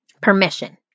Permission